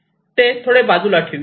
ते थोडे बाजूला ठेवू या